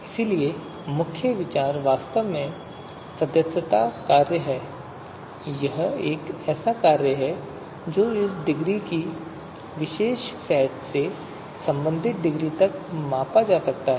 इसलिए मुख्य विचार वास्तव में सदस्यता कार्य है एक ऐसा कार्य जो इस डिग्री को किसी विशेष सेट से संबंधित डिग्री तक माप सकता है